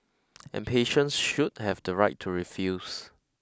and patients should have the right to refuse